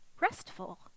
restful